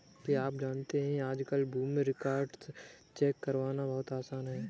क्या आप जानते है आज कल भूमि रिकार्ड्स चेक करना बहुत आसान है?